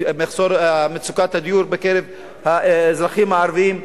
מצוקת הדיור בקרב האזרחים הערבים,